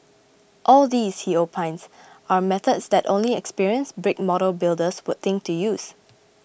all these he opines are methods that only experienced brick model builders would think to use